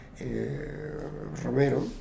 Romero